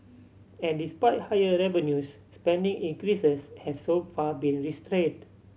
and despite higher revenues spending increases has so far been restrained